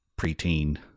preteen